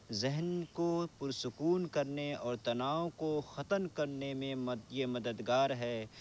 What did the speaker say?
ذہن کو پرسکون کرنے اور تناؤ کو ختم کرنے میں یہ مددگار ہے